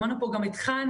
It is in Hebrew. שמענו פה גם את חני,